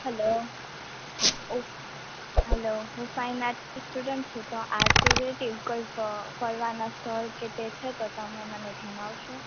hello હું hello હું fine આર્ટની સ્ટુડન્ટ છું તો આર્ટ રિલેટેડ કોઈ ફરવાનાં સ્થળ કે છે તો તમે મને જણાવશો